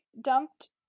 dumped